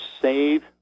save